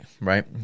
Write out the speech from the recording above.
Right